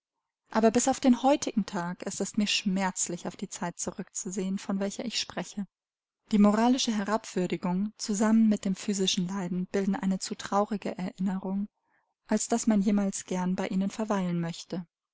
aber bis auf den heutigen tag ist es mir schmerzlich auf die zeit zurückzusehen von welcher ich spreche die moralische herabwürdigung zusammen mit dem physischen leiden bilden eine zu traurige erinnerung als daß man jemals gern bei ihnen verweilen möchte